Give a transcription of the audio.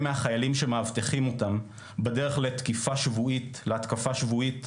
מהחיילים שמאבטחים אותם בדרך להתקפה שבועית,